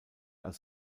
als